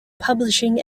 publishing